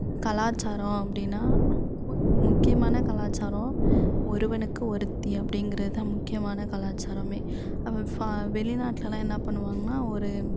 கலாச்சாரம் அப்படின்னா முக்கியமான கலாச்சாரம் ஒருவனுக்கு ஒருத்தி அப்படிங்குறதுதான் முக்கியமான கலாச்சாரமே அவங்க ஃப வெளிநாட்டிலலாம் என்ன பண்ணுவாங்கன்னால் ஒரு